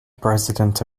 president